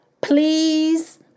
Please